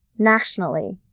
nationally,